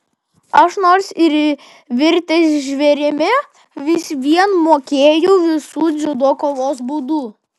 aš nors ir virtęs žvėrimi vis vien mokėjau visų dziudo kovos būdų